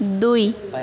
दुई